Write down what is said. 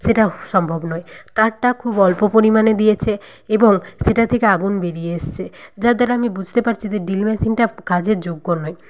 সেটা সম্ভব নয় তারটা খুব অল্প পরিমানে দিয়েছে এবং সেটা থেকে আগুন বেরিয়ে এসছে যার দ্বারা আমি বুসেতে পারছি যে ড্রিল মেশিনটা কাজের যোগ্য নয়